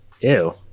Ew